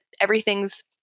everything's